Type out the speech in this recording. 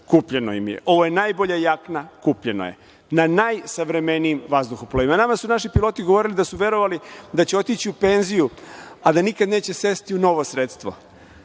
kupljeno im je, ovo je najbolja jakna, kupljena je, na najsavremenijim vazduhoplovima. Nama su naši piloti govorili da su verovali da će otići u penziju, a da nikad neće sesti u novo sredstvo.